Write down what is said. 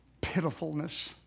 pitifulness